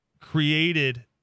created